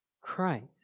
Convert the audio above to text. Christ